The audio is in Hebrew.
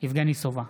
יבגני סובה,